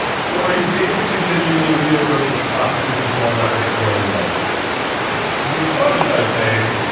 so are you basically pitching me leo versus the toxic superstorm that will destroy humanity and he responded by saying,